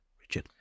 Richard